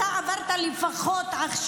אתה עברת עכשיו,